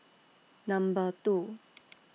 Number two